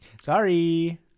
sorry